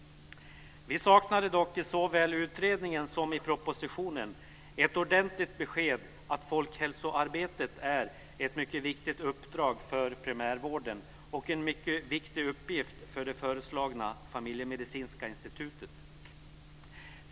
Vi saknade dock såväl i utredningen som i propositionen ett ordentligt besked om att folkhälsoarbetet är ett mycket viktigt uppdrag för primärvården och en mycket viktig uppgift för det föreslagna familjemedicinska institutet.